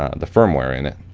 the firmware in it,